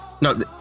No